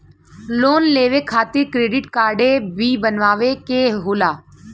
Loan लेवे खातिर credit काडे भी बनवावे के होला?